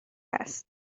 هست